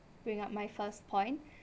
bring out my first point